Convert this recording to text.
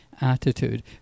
Attitude